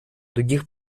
других